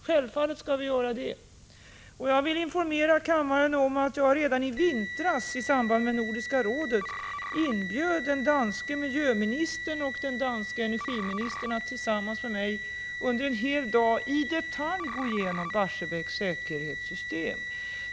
Självfallet skall vi göra det. Jag vill informera kammaren om att jag redan i vintras i samband med Nordiska rådets session inbjöd den danske miljöministern och den danske energiministern att tillsammans med mig under en hel dag i detalj gå igenom Barsebäcks säkerhetssystem.